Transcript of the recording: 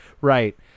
Right